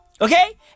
Okay